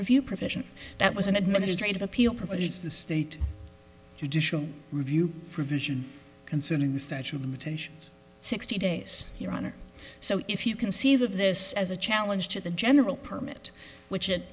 review provision that was an administrative appeal provided the state judicial review provision concerning the statute of limitations sixty days your honor so if you conceive of this as a challenge to the general permit which it